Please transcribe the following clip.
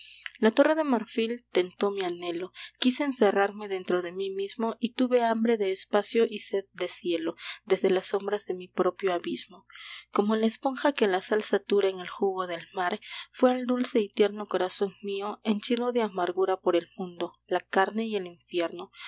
la torre de marfil tentó mi anhelo quise encerrarme dentro de mí mismo y tuve hambre de espacio y sed de cielo desde las sombras de mi propio abismo como la esponja que la sal satura en el jugo del mar fué el dulce y tierno corazón mío henchido de amargura por el mundo la carne y el infierno